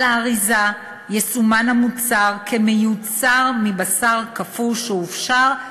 על האריזה יסומן המוצר כ"מיוצר מבשר קפוא שהופשר",